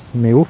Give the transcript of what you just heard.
me